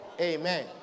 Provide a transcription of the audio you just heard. Amen